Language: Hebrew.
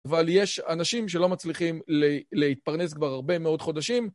אבל יש אנשים שלא מצליחים להתפרנס כבר הרבה מאוד חודשים.